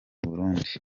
burundi